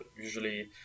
usually